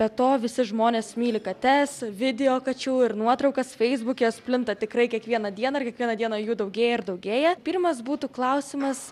be to visi žmonės myli kates video kačių ir nuotraukas feisbuke plinta tikrai kiekvieną dieną ir kiekvieną dieną jų daugėja ir daugėja pirmas būtų klausimas